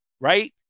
right